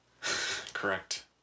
Correct